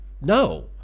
No